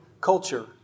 culture